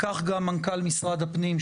כך גם מנכ״ל משרד הפנים,